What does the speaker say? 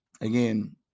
Again